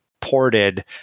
ported